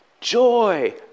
joy